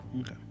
Okay